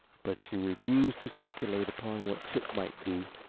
but she refused to speculate upon what chip might do.